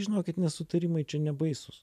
žinokit nesutarimai čia nebaisūs